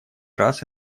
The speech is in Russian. раз